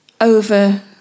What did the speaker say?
over